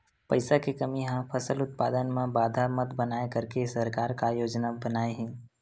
पईसा के कमी हा फसल उत्पादन मा बाधा मत बनाए करके सरकार का योजना बनाए हे?